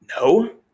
No